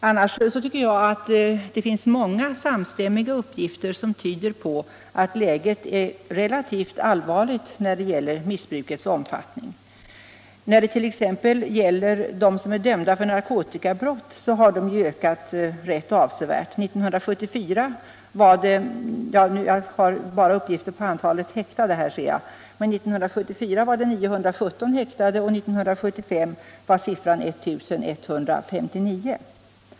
Annars tycker jag att det finns mångs samstämmiga uppgifter som tyder på att läget är relativt allvarligt när det gäller missbrukets omfattning. Antalet dömda för narkotikabrott har ökat rätt avsevärt. Jag har bara uppgifter på antalet häktade, som år 1974 var 917; 1975 var siffran 1 159.